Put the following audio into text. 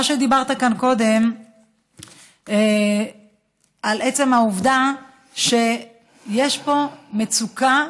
מה שאמרת כאן קודם על עצם העובדה שיש פה מצוקה,